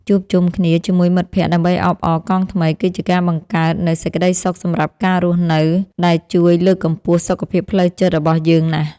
ជួបជុំគ្នាជាមួយមិត្តភក្តិដើម្បីអបអរកង់ថ្មីគឺជាការបង្កើតនូវសេចក្ដីសុខសម្រាប់ការរស់នៅដែលជួយលើកកម្ពស់សុខភាពផ្លូវចិត្តរបស់យើងណាស់។